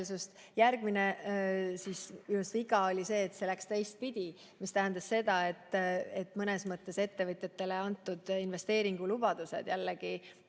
Järgmine viga oli see, et see läks teistpidi, mis tähendas seda, et mõnes mõttes ettevõtjatele antud investeeringu lubadused jällegi